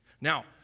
Now